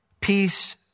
Peace